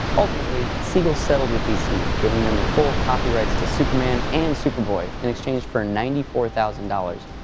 ultimately, siegel settled with dc, giving them the full copyrights to superman and superboy in exchange for ninety four thousand dollars,